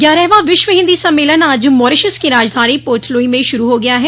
ग्यारहवां विश्व हिन्दी सम्मेलन आज मॉरिशस की राजधानी पोर्टलुई में शुरू हो गया है